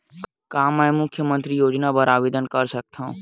का मैं मुख्यमंतरी योजना बर आवेदन कर सकथव?